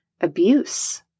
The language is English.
abuse